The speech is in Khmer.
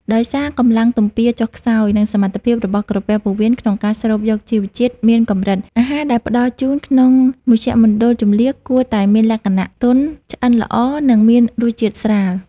ដោយសារកម្លាំងទំពារចុះខ្សោយ និងសមត្ថភាពរបស់ក្រពះពោះវៀនក្នុងការស្រូបយកជីវជាតិមានកម្រិត អាហារដែលផ្តល់ជូនក្នុងមជ្ឈមណ្ឌលជម្លៀសគួរតែមានលក្ខណៈទន់ ឆ្អិនល្អ និងមានរសជាតិស្រាល។